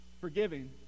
forgiving